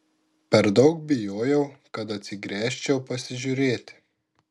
per daug bijojau kad atsigręžčiau pasižiūrėti